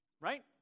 Right